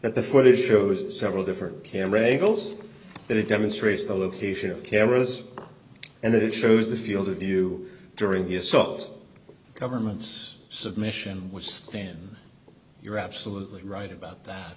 that the footage shows several different camera angles that it demonstrates the location of cameras and that it shows the field of view during the assault government's submission was then you're absolutely right about that